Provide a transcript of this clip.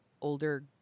older